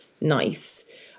nice